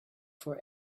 for